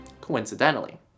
coincidentally